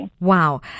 Wow